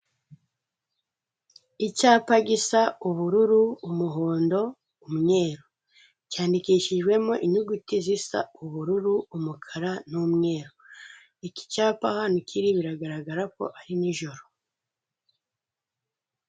Icyapa gisa ubururu, umuhondo, umweru cyanikishijwemo inyuguti zisa ubururu, umukara n'umweru iki cyapa ahantu kiri biragaragara ko ari nijoro.